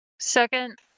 Second